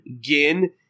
Gin